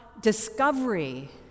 discovery